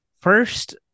first